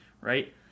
right